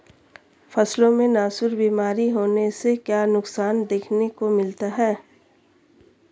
फसलों में नासूर बीमारी होने से क्या नुकसान देखने को मिलता है?